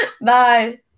Bye